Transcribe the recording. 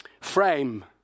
frame